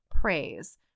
praise